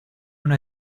una